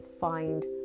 find